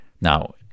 now